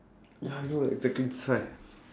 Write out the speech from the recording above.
ya I know exactly that's why